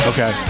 Okay